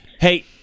Hey